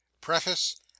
Preface